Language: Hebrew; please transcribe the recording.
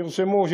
שירשמו,